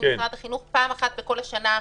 משרד החינוך ולו פעם אחת בכל השנה האחרונה.